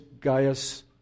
Gaius